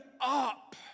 up